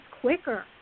quicker